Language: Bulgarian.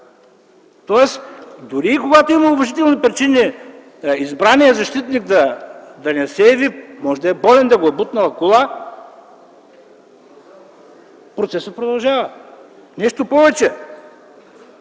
Тоест дори когато има уважителни причини избраният защитник да не се яви, може да е болен, да го е бутнала кола, процесът продължава. Нещо повече!